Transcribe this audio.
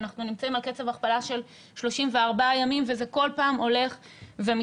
אנחנו נמצאים על קצב הכפלה של 34 ימים וזה כל פעם הולך ומתרחק.